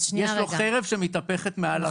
יש לו חרב שמתהפכת מעל הראש.